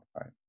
right